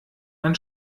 man